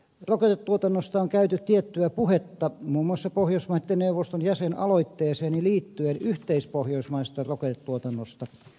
rokotetuotannosta on käyty tiettyä puhetta muun muassa pohjoismaiden neuvoston jäsenaloitteeseeni liittyen yhteispohjoismaisesta rokotetuotannosta